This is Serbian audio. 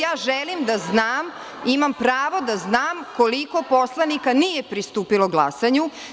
Ja želim da znam, imam pravo da znam, koliko poslanika nije pristupilo glasanju.